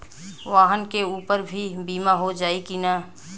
वाहन के ऊपर भी बीमा हो जाई की ना?